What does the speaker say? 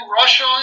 Russia